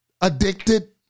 Addicted